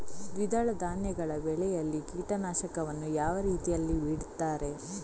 ದ್ವಿದಳ ಧಾನ್ಯಗಳ ಬೆಳೆಯಲ್ಲಿ ಕೀಟನಾಶಕವನ್ನು ಯಾವ ರೀತಿಯಲ್ಲಿ ಬಿಡ್ತಾರೆ?